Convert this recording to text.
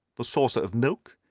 the saucer of milk,